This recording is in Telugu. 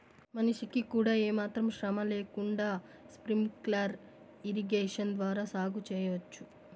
మనిషికి కూడా ఏమాత్రం శ్రమ లేకుండా స్ప్రింక్లర్ ఇరిగేషన్ ద్వారా సాగు చేయవచ్చు